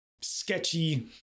sketchy